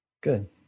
Good